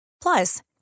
Plus